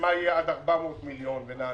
מה יהיה עד 400 מיליון ונענינו,